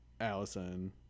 Allison